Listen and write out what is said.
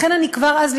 לכן כבר אז,